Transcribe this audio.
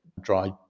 dry